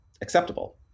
Acceptable